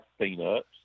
peanuts